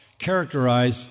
characterize